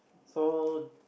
so